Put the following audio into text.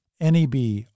NEB